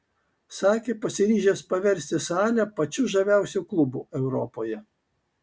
sakė pasiryžęs paversti salę pačiu žaviausiu klubu europoje